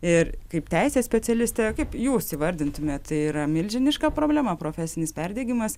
ir kaip teisės specialistė kaip jūs įvardintumėt yra milžiniška problema profesinis perdegimas